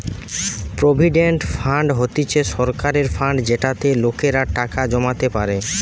provident fund হতিছে সরকারের fund যেটাতে লোকেরা টাকা জমাতে পারে